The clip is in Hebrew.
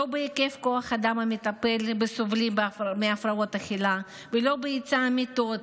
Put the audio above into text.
לא בהיקף כוח האדם המטפל בסובלים מהפרעות אכילה ולא בהיצע המיטות,